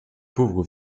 pauvres